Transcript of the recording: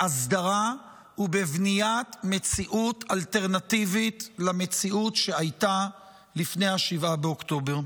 בהסדרה ובבניית מציאות אלטרנטיבית למציאות שהייתה לפני 7 באוקטובר.